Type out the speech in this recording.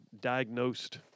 diagnosed